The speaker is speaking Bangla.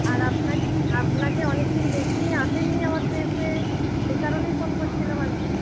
আর আপনাকে আপনাকে অনেক দিন দেখিনি আসেননি আমার প্রেসে সে কারণেই ফোন করছিলাম আর কি